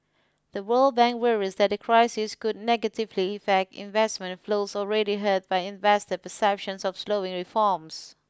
the World Bank worries that the crisis could negatively affect investment flows already hurt by investor perceptions of slowing reforms